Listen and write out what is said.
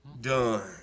done